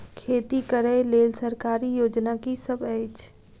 खेती करै लेल सरकारी योजना की सब अछि?